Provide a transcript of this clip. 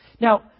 Now